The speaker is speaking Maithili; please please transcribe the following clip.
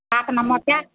आठ नम्मर कि कए